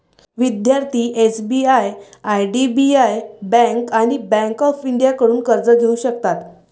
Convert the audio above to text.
विद्यार्थी SBI IDBI bank आणि bank of इंडियाकडून कर्ज घेऊ शकतात